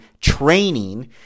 training